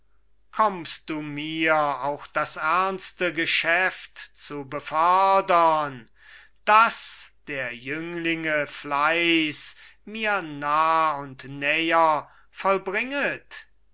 kommst du mir auch das ernste geschäft zu befördern das der jünglinge fleiß mir nah und näher vollbringet